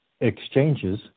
exchanges